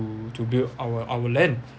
to to build our our land